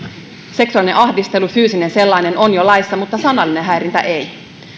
seksuaalinen ahdistelu fyysinen sellainen on jo laissa mutta sanallinen häirintä ei